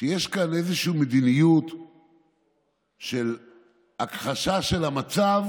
אז יש כאן איזושהי מדיניות של הכחשה של המצב